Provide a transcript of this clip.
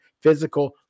physical